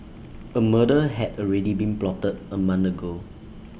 A murder had already been plotted A month ago